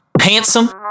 handsome